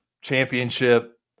championship